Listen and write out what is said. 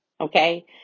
okay